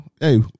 Hey